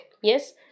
yes